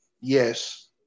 Yes